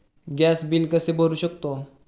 Gas bill कसे भरू शकतो?